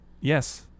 Yes